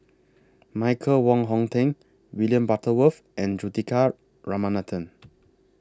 Michael Wong Hong Teng William Butterworth and Juthika Ramanathan